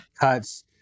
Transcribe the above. cuts